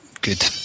good